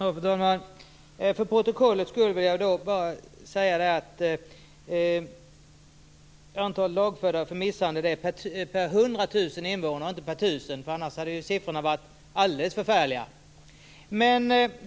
Fru talman! För protokollets skull vill jag bara säga att antalet lagförda för misshandel är per 100 000 invånare och inte per 1 000. Annars hade siffrorna varit alldeles förfärliga.